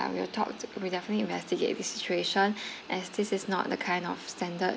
we'll talk we'll definitely investigate this situation as this is not the kind of standard